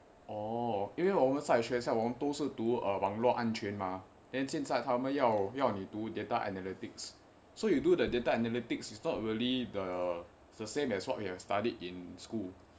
orh 因为我们在学校我们都是读网络安全吗 data analytics so you do the data analytics it's not really the same as what we have studied in school